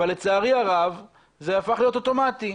אבל לצערי הרב זה הפך להיות אוטומטי.